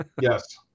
Yes